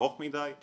ארוך מדיי,